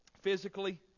physically